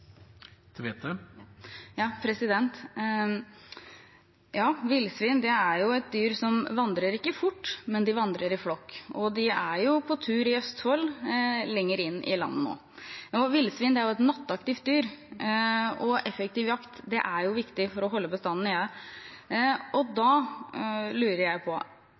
Villsvin er et dyr som vandrer – ikke fort, men de vandrer i flokk. De er på tur i Østfold, lenger inn i landet, nå. Villsvin er et nattaktivt dyr, og effektiv jakt er viktig for å holde bestanden nede. Da lurer jeg på: